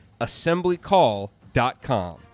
assemblycall.com